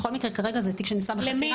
בכל מקרה כרגע זה תיק שנמצא בחקירה.